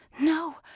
No